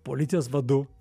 policijos vadu